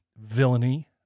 villainy